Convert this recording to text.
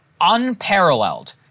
unparalleled